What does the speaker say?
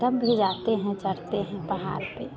तब भी जाते हैं चढ़ते हैं पहाड़ पर